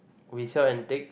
we sell antiques